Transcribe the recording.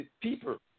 people